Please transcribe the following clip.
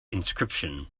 inscription